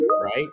Right